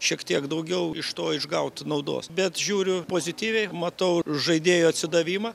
šiek tiek daugiau iš to išgaut naudos bet žiūriu ir pozityviai matau žaidėjų atsidavimą